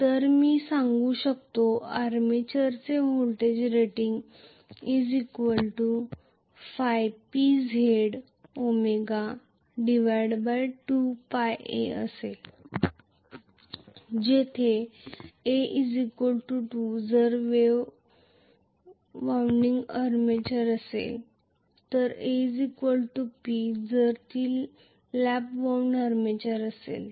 तर मी सांगू शकतो आर्मेचरचे voltage rating P Z 2a जेथे a 2 जर वेव्ह वाऊंड आर्मेचर असेल तर a P जर ती लॅप वाऊंड आर्मेचर असेल तर